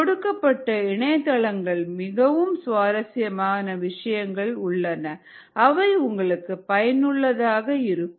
கொடுக்கப்பட்ட இணையதளங்களில் மிகவும் சுவாரஸ்யமான விஷயங்கள் உள்ளன அவை உங்களுக்கு பயனுள்ளதாக இருக்கும்